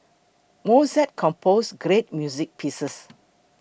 Mozart composed great music pieces